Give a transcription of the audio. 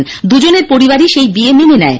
দুজনের পরিবারই সেই বিয়ে মেনে নেয়